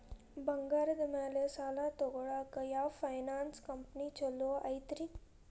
ಬಂಗಾರದ ಮ್ಯಾಲೆ ಸಾಲ ತಗೊಳಾಕ ಯಾವ್ ಫೈನಾನ್ಸ್ ಕಂಪನಿ ಛೊಲೊ ಐತ್ರಿ?